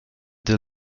the